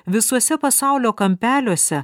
visuose pasaulio kampeliuose